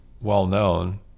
well-known